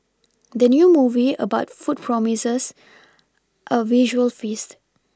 the new movie about food promises a visual feast